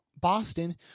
Boston